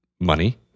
money